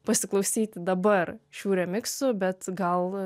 pasiklausyti dabar šių remiksų bet gal